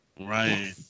Right